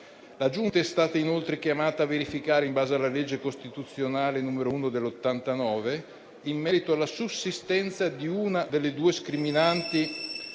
La Giunta è stata inoltre chiamata a verificare, in base alla legge costituzionale n. 1 del 1989, in merito alla sussistenza di una delle due scriminanti